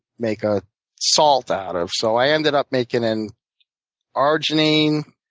make a salt out of. so i ended up making an arginine